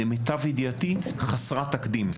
למיטב ידיעתי חסר תקדים,